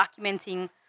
documenting